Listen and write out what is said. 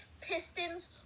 Pistons